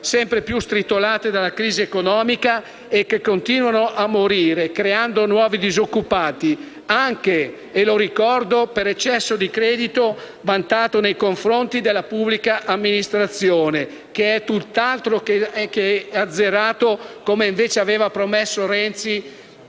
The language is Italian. sempre più stritolate dalla crisi economica e che continuano a morire, creando nuovi disoccupati, anche - e lo voglio ricordare - per eccesso di credito vantato nei confronti della pubblica amministrazione, che è tutt'altro che azzerato, come invece aveva promesso Renzi